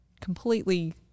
completely